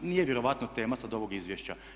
Nije vjerojatno tema sad ovog izvješća.